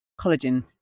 collagen